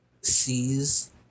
sees